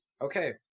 Okay